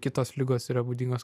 kitos ligos yra būdingos